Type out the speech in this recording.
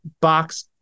box